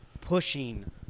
pushing